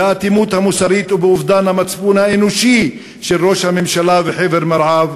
באטימות המוסרית ובאובדן המצפון האנושי של ראש הממשלה וחבר מרעיו,